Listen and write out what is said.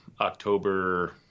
October